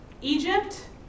Egypt